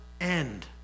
end